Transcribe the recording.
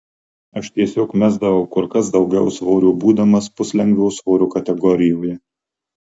aš tiesiog mesdavau kur kas daugiau svorio būdamas puslengvio svorio kategorijoje